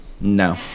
No